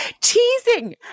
teasing